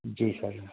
جی سر